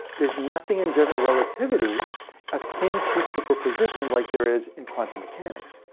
there is nothing in general relativity akin to superposition like there is in quantum mechanics.